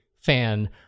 fan